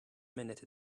minute